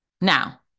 Now